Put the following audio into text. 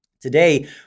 today